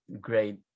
great